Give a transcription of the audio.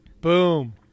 Boom